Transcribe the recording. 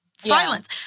Silence